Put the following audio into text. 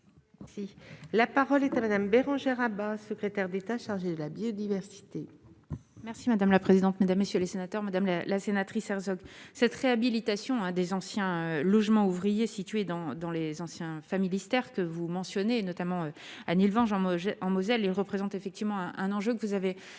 La parole est à Madame Bérangère Abba, secrétaire d'État chargée de la biodiversité. Merci madame la présidente, mesdames, messieurs les sénateurs Madame la la sénatrice Herzog cette réhabilitation des anciens logements ouvriers situés dans dans les anciens Familistère que vous mentionnez notamment Anne il vend Jean Moget en Moselle et représente effectivement un enjeu que vous avez